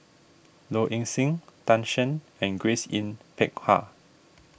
Low Ing Sing Tan Shen and Grace Yin Peck Ha